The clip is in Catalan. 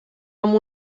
amb